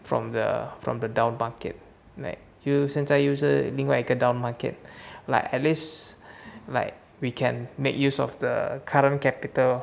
from the from the down bucket like 就现在就是另外一个 down market like at least like we can make use of the current capital